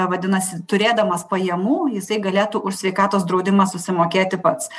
vadinasi turėdamas pajamų jisai galėtų už sveikatos draudimą susimokėti pats